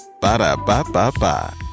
ba-da-ba-ba-ba